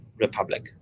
Republic